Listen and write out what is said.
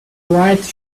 white